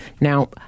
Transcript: Now